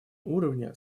уровне